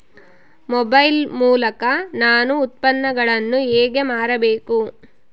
Mobile ಮೂಲಕ ನಾನು ಉತ್ಪನ್ನಗಳನ್ನು ಹೇಗೆ ಮಾರಬೇಕು?